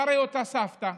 אותה סבתא,